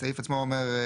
הסעיף עצמו אומר,